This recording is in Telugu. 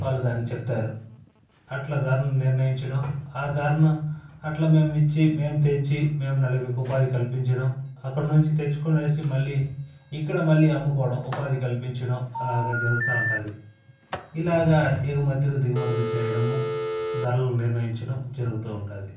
వాళ్ళు దాన్ని చెప్తారు అట్లా ధరను నిర్ణయించడం ఆ ధరను అట్ల మేమిచ్చి మేం తెచ్చి మేము నలుగురికి ఉపాధి కల్పించడం అక్కడ నుంచి తెచ్చుకొనేసి మళ్ళీ ఇక్కడ మళ్ళీ అమ్ముకోవడం ఉపాధి కల్పించడం అలాగే జరుగుతూ ఉంటుంది ఇలాగ ఎగుమతులు దిగుమతులు చేయడము ధరలు నిర్ణయించడం జరుగుతూ ఉంటుంది